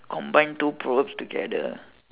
combined two proverbs together